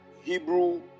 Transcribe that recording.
Hebrew